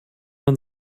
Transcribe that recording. man